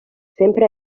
sempre